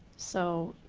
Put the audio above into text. so,